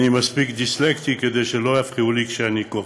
אני מספיק דיסלקטי כדי שלא יפריעו לי כשאני קורא.